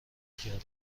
کردم